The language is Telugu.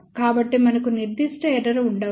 కాబట్టి మనకు నిర్దిష్ట ఎర్రర్ ఉండవచ్చు